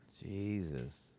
Jesus